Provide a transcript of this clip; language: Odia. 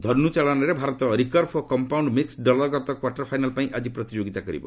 ଧର୍ନୁଚାଳନାରେ ଭାରତ ରିକର୍ଭ ଓ କମ୍ପାଉଣ୍ଡ ମିକୃତ୍ ଦଳଗତ କ୍ୱାଟରଫାଇନାଲ୍ ପାଇଁ ଆଜି ପ୍ରତିଯୋଗିତା କରିବ